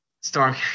Storm